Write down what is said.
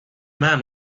man